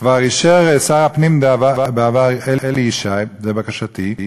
כבר אישר שר הפנים בעבר אלי ישי, לבקשתי,